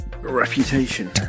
Reputation